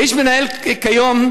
האיש מנהל כיום,